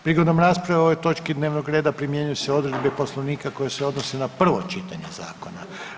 Prigodom rasprave o ovoj točki dnevnog reda primjenjuju se odredbe Poslovnika koje se odnose na prvo čitanje zakona.